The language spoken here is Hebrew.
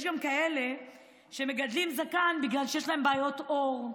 יש גם כאלה שמגדלים זקן בגלל שיש להם בעיות עור.